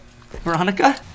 Veronica